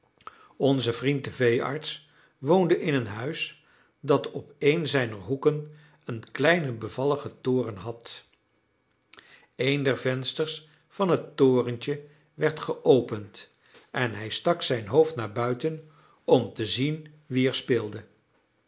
onze vriend de veearts woonde in een huis dat op een zijner hoeken een kleinen bevalligen toren had een der vensters van het torentje werd geopend en hij stak zijn hoofd naar buiten om te zien wie er speelde